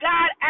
God